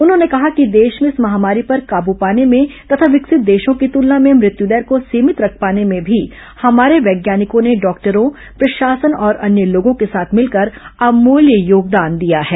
उन्होंने कहा कि देश में इस महामारी पर काबू पाने में तथा विकसित देशों की तुलना में मृत्युदर को सीमित रख पाने में भी हमारे वैज्ञानिकों ने डॉक्टरों प्रशासन और अन्य लोगों के साथ मिलकर अमूल्य योगदान दिया है